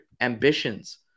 Ambitions